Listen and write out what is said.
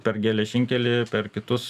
per geležinkelį per kitus